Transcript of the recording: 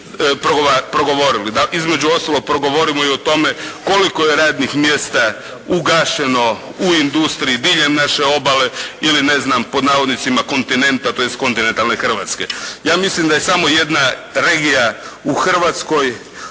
tome progovorili, da između ostalog progovorimo i o tome koliko je radnih mjesta ugašeno u industriji diljem naše obale ili "kontinenta" tj. kontinentalne Hrvatske. Ja mislim da je samo jedna regija u Hrvatskoj